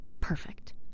perfect